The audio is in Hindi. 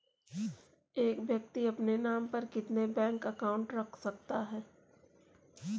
एक व्यक्ति अपने नाम पर कितने बैंक अकाउंट रख सकता है?